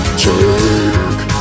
Take